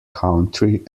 country